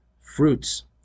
fruits